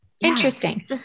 Interesting